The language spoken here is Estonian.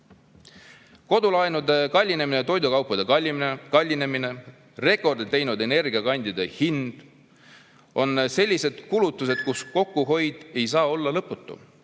Kodulaenude kallinemine, toidukaupade kallinemine ja rekordi teinud energiakandjate hind on sellised kulutused, kus kokkuhoid ei saa olla lõputu.